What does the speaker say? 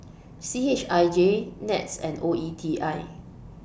C H I J Nets and O E T I